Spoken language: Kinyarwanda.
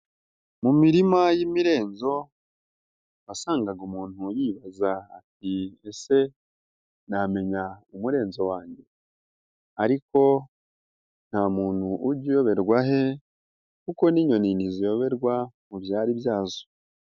Mu mirima y'imirezo wasangaga umuntu yibaza ati ese namenya umurenzezo wanjye, ariko nta muntu ujya uyoberwa ahe kuko n'inyoni ntiziyoberwa mu byari byazo.